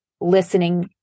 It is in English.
listening